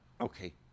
Okay